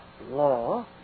law